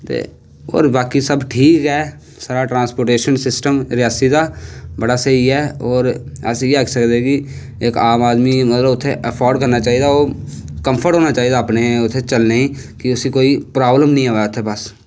ते होर बाकी सब ठीक गै ऐ साढ़ा ट्रांस्पोटेशन सिस्टम रियासी दा बड़ा स्हेई ऐ अस इयै आक्खी सकदे कि इक आम आदमी की उत्थें ऐफोड़ करना चाही दा कंफर्ट होना चाही दा अपने उत्थें चलने गी कि उसी कोई प्रावलम नी अवै उत्थें बस